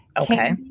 okay